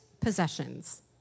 possessions